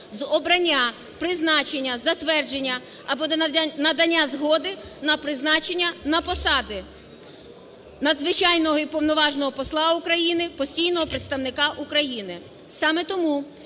з обрання, призначення, затвердження або надання згоди на призначення на посади надзвичайного і уповноваженого посла України, постійного представника України.